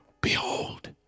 behold